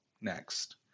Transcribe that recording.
next